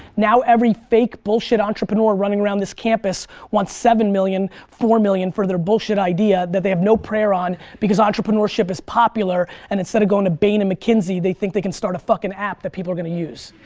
now every fake, bullshit entrepreneur running around this campus wants seven million, four million for their bullshit idea that they have no prayer on, because entrepreneurship is popular, and instead of going to bain or and mckinsey, they think they can start a fucking app that people are gonna use.